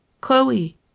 Chloe